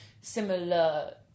similar